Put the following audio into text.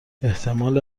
احتمال